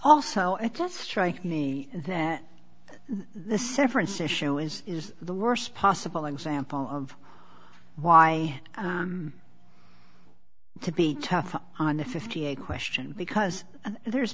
also i thought strike me that the severance issue is is the worst possible example of why to be tough on the fifty eight question because there's